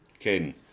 Caden